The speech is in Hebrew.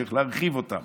איך להרחיב אותה.